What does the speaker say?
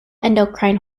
endocrine